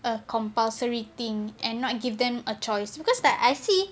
a compulsory thing and not give them a choice because that I see